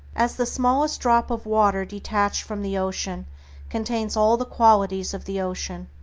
as the smallest drop of water detached from the ocean contains all the qualities of the ocean,